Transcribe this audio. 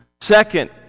Second